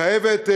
חייבת,